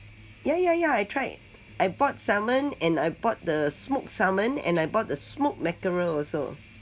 ya ya ya I tried I bought salmon and I bought the smoked salmon and I bought the smoked mackerel also